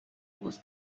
wars